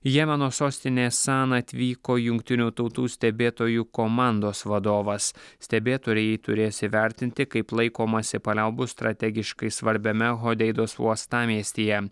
į jemeno sostinę saną atvyko jungtinių tautų stebėtojų komandos vadovas stebėtojai turės įvertinti kaip laikomasi paliaubų strategiškai svarbiame hodeidos uostamiestyje